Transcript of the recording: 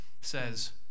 says